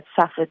suffered